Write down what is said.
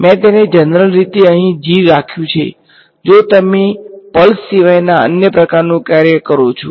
મેં તેને જનરલ રીતે અહીં g રાખ્યું છે જો તમે પલ્સ સિવાયના અન્ય પ્રકારનું કાર્ય કરો છો